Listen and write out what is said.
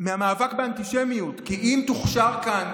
מהמאבק באנטישמיות, כי אם תוכשר כאן